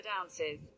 ounces